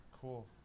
Cool